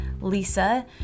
lisa